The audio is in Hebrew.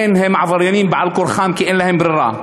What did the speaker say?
הם עבריינים בעל-כורחם, כי אין להם ברירה.